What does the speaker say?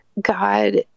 God